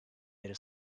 beri